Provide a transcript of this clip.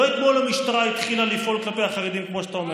לא אתמול המשטרה התחילה לפעול כלפי החרדים כמו שאתה אומר,